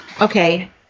Okay